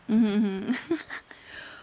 mm mm mm